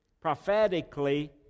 prophetically